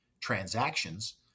transactions